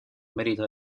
merita